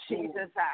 Jesus